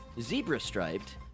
zebra-striped